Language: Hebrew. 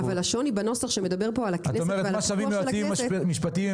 אבל השוני בנוסח שמדבר כאן על הכנסת ועל הפיקוח של הכנסת